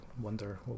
wonder